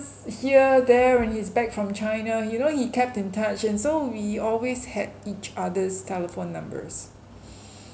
here there when he's back from china you know he kept in touch and so we always had each other's telephone numbers